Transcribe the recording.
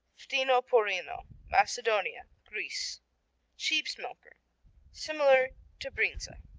ftinoporino macedonia, greece sheep's-milker similar to brinza.